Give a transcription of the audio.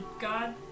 god